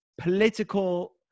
political